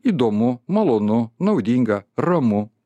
įdomu malonu naudinga ramu